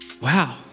wow